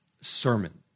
sermon